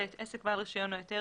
עסק בעל רישיון או היתר,